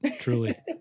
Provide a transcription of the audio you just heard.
Truly